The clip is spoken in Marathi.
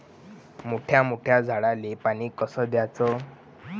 मोठ्या मोठ्या झाडांले पानी कस द्याचं?